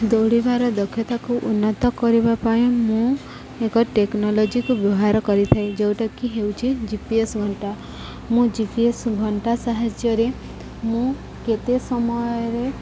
ଦୌଡ଼ିବାର ଦକ୍ଷତାକୁ ଉନ୍ନତ କରିବା ପାଇଁ ମୁଁ ଏକ ଟେକ୍ନୋଲୋଜିକୁ ବ୍ୟବହାର କରିଥାଏ ଯେଉଁଟାକି ହେଉଛିି ଜି ପି ଏସ୍ ଘଣ୍ଟା ମୁଁ ଜି ପି ଏସ୍ ଘଣ୍ଟା ସାହାଯ୍ୟରେ ମୁଁ କେତେ ସମୟରେ